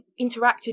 interacted